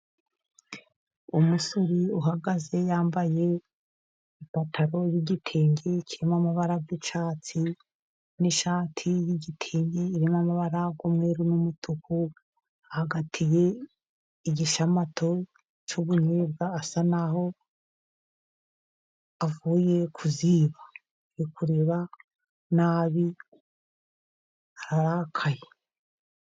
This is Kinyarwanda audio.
Umusore uhagaze yambaye ipantaro y'igitenge kirimo amabara y'icyatsi n'ishati y'igitenge irimo amabara y'umweru n'umutuku, hagati ye igisamato cy'ubunyobwa asa naho avuye ku ziba ari kureba nabi arakaye.